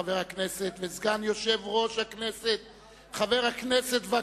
חבר הכנסת וסגן יושב-ראש הכנסת וקנין,